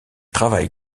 travaille